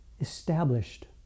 established